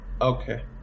Okay